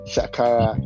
Shakara